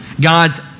God's